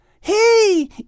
Hey